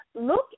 look